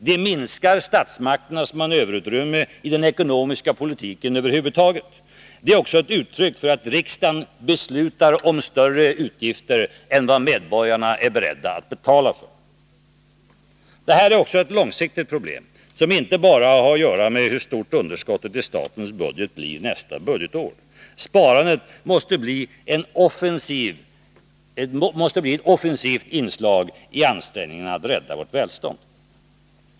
Det minskar statsmakternas manöverutrymme i den ekonomiska politiken över huvud taget. Det är också ett uttryck för att riksdagen beslutar om större utgifter än medborgarna är beredda att betala för. Detta är också ett långsiktigt problem, som inte bara har att göra med hur stort underskottet i statens budget blir nästa budgetår. Sparandet måste bli ett offensivt inslag i ansträngningarna att rädda vårt välstånd.